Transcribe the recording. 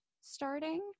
starting